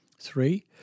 Three